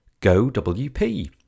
GoWP